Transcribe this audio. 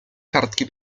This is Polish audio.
kartki